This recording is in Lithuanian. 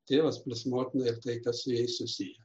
tėvas plius motiną ir tai kas susiję